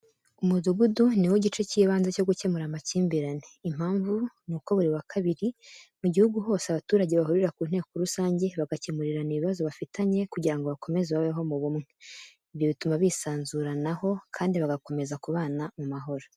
Umudugudu ni wo gice cy'ibanze cyo gukemura amakimbirane. Impamvu nuko buri wa kabiri, mu gihugu hose abaturage bahurira mu nteko rusange, bagakemurirana ibibazo bafitanye kugira ngo bakomeze babeho mu bumwe. Ibyo bituma bisanzuranaho kandi bagakomeza kubana mu mahoro.